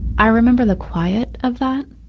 i remember the quiet of that.